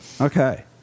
Okay